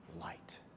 light